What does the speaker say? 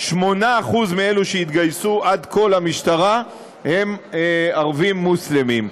8% מאלו שהתגייסו עד כה למשטרה הם ערבים מוסלמים.